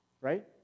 Right